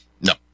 No